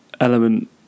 element